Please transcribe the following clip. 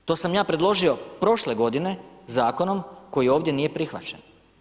To sam ja predložio prošle godine zakonom koji ovdje nije prihvaćen.